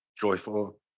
joyful